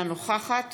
אינה נוכחת